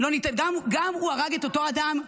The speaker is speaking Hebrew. גם הוא הרג את אותו אדם,